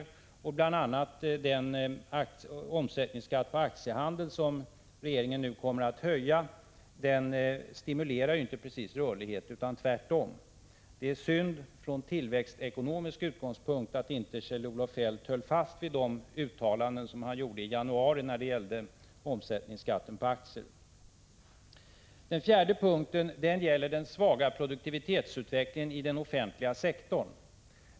Man kan bl.a. peka på att den höjda omsättningsskatt på aktiehandeln som regeringen nu kommer att genomföra inte precis stimulerar rörlighet — tvärtom. Från tillväxtekonomisk utgångspunkt är det synd att Kjell-Olof Feldt inte höll fast vid de uttalanden han gjorde i januari när det gällde omsättningsskatten på aktier. Den fjärde punkten gäller den svaga produktivitetsutvecklingen i den offentliga sektorn.